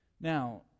now